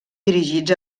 dirigits